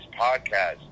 podcast